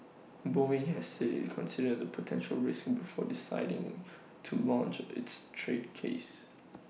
boeing has said IT considered potential risks before deciding to launch its trade case